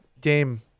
game